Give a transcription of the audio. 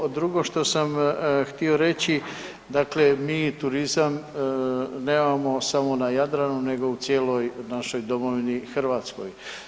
Drugo, drugo što sam htio reći dakle mi turizam nemamo samo na Jadranu nego u cijeloj našoj domovini Hrvatskoj.